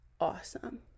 awesome